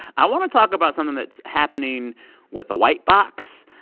i want to talk about something that's happening with the white box.